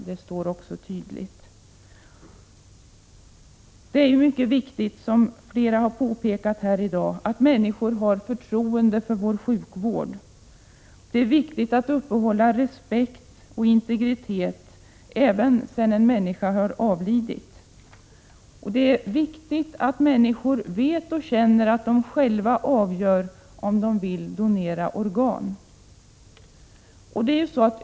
Det är mycket viktigt, som flera påpekat tidigare här, att människor har förtroende för vår sjukvård. Det är viktigt att uppehålla respekt och integritet även sedan en människa avlidit. Och det är viktigt att människor vet och känner att de själva avgör om de vill donera organ.